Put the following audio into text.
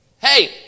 Hey